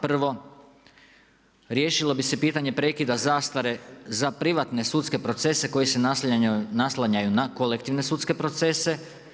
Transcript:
Prvo, riješilo bi se pitanje prekida zastare za privatne sudske procese koji s naslanjaju na kolektivne sudske procese.